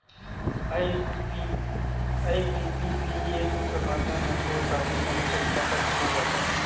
IPPB app कर माध्यम ले पोस्ट ऑफिस में बचत खाता खोलल जाथे